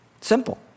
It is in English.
Simple